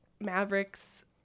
Maverick's